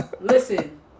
Listen